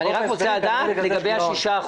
אני רק רוצה לדעת לגבי ה-6%.